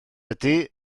ydy